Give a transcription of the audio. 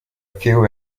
few